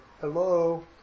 hello